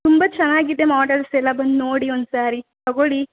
ತುಂಬ ಚೆನ್ನಾಗಿದೆ ಮಾಡಲ್ಸ್ ಎಲ್ಲ ಬಂದು ನೋಡಿ ಒಂದುಸಾರಿ ತಗೊಳ್ಳಿ